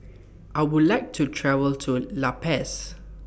I Would like to travel to La Paz